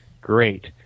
great